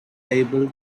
able